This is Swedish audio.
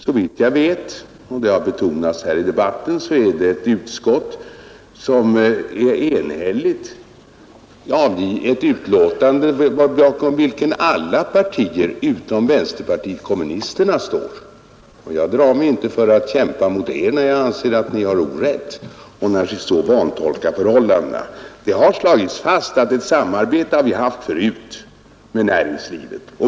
Såvitt jag vet — det har också betonats här i debatten — är det ett enhälligt utskott som så när som på vänsterpartiet kommunisterna avgivit ett betänkande bakom vilket alla partier står. Jag drar mig inte för att kämpa mot er när jag anser att ni har orätt och så vantolkar förhållandena. Det har slagits fast att vi tidigare haft ett samarbete med näringslivet.